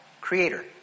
creator